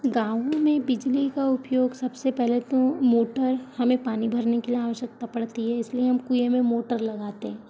गाँव में बिजली का उपयोग सबसे पहले तो मोटर हमें पानी भरने के लिए आवश्यकता पड़ती है इसलिए हम कुएँ में मोटर लगाते हैं